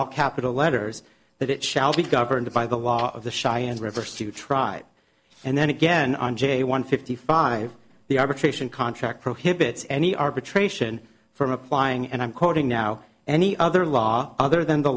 all capital letters that it shall be governed by the law of the cheyenne river stu tribe and then again on j one fifty five the arbitration contract prohibits any arbitration from applying and i'm quoting now any other law other than the